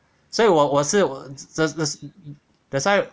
所以我我是只是 that's why